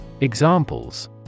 Examples